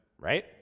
Right